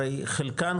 הרי חלקן,